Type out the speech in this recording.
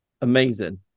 amazing